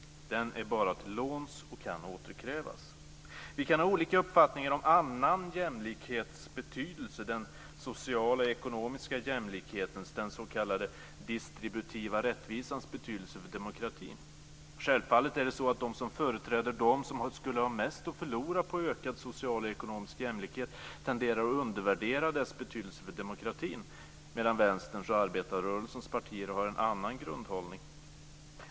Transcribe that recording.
Den är bara till låns och kan återkrävas. Vi kan ha olika uppfattning om annan jämlikhets betydelse, den sociala och ekonomiska jämlikhetens, den s.k. distributiva rättvisans betydelse för demokratin. Självfallet är det så att de som företräder dem som skulle ha mest att förlora på ökad social och ekonomisk jämlikhet tenderar att undervärdera dess betydelse för demokratin, medan Vänsterns och arbetarrörelsens partier har en annan grundhållning.